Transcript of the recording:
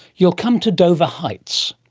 you'll come to dover heights.